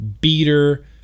beater